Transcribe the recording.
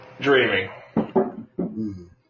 dreaming